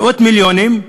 מאות מיליונים.